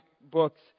books